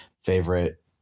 favorite